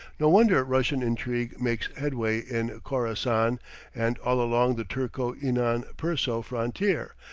no wonder russian intrigue makes headway in khorassan and all along the turco-inan-perso frontier,